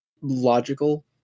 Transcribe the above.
logical